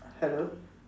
hello